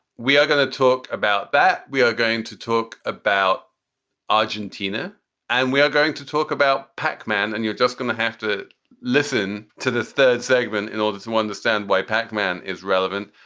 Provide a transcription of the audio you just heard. we are going to talk about that. we are going to talk about argentina and we are going to talk about pacman. and you're just going to have to listen to the third segment in order to understand why pacman is relevant.